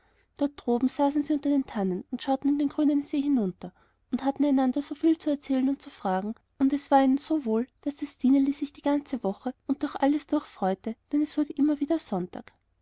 dort oben saßen sie unter den tannen und schauten in den grünen see hinunter und hatten einander so viel zu erzählen und zu fragen und es war ihnen so wohl daß das stineli sich die ganze woche und durch alles durch freute denn es wurde immer wieder sonntag